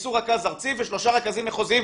תגייסו רכז ארצי ושלושה רכזים מחוזיים,